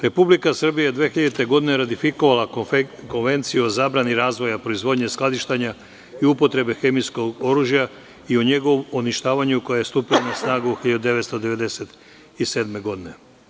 Republika Srbija je 2000. godine ratifikovala Konvenciju o zabrani razvoja, proizvodnje, skladištenja i upotrebe hemijskog oružja i o njegovom uništavanju koja je stupila na snagu 1997. godine.